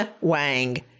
Wang